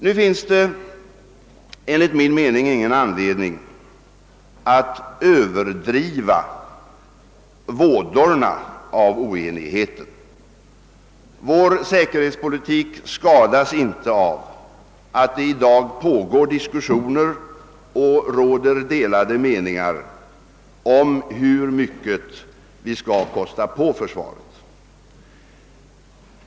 Nu finns det enligt min mening ingen anledning att överdriva vådorna av oenigheten. Vår säkerhetspolitik skadas inte av att det i dag pågår diskussioner och råder delade meningar om hur mycket vi skall kosta på försvaret.